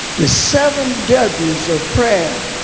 the seven w's of prayer,